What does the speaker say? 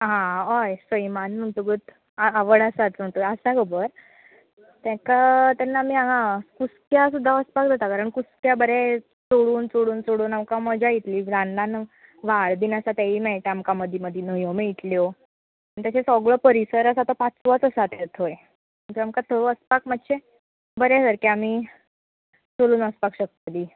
आ हा हय सैमान म्हुणटोगूच आ आवड आसात म्हुणटो आसा खबर तेका तेन्ना आमी हांगा कुसक्या सुद्दा वचपाक जाता कारण कुसक्या बरें चडून चडून चडून आमकां मजा येतली ल्हान ल्हान व्हाळ बीन आसा तेय मेळटा आमकां मदीं मदीं न्हंयो मेळटल्यो म्हण तशें सगळो परिसर आसा तो पाचवोच आसा तें थंय पूण थंय आमकां थंय वसपाक मात्शें बरें सारकें आनी चलून वसपाक शकतलीं